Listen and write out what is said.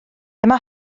dyma